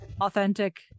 authentic